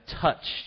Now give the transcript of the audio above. touched